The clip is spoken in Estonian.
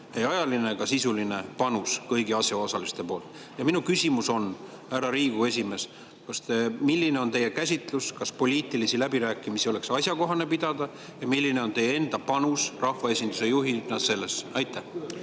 ei ajaline ega ka sisuline panus kõigi asjaosaliste poolt. Minu küsimus on, härra Riigikogu esimees: milline on teie käsitlus? Kas poliitilisi läbirääkimisi oleks asjakohane pidada? Milline on teie enda panus sellesse rahvaesinduse juhina? Aitäh,